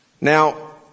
Now